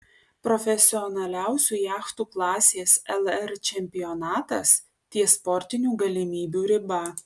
profesionaliausių jachtų klasės lr čempionatas ties sportinių galimybių riba